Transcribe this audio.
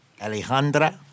Alejandra